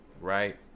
right